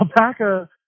alpaca